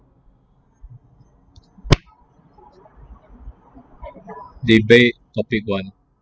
debate topic one